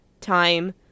time